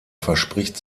verspricht